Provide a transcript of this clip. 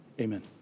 Amen